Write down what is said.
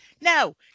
No